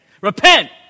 Repent